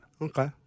Okay